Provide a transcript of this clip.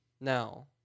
Now